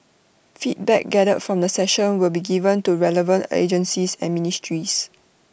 feedback gathered from the session will be given to relevant agencies and ministries